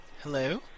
Hello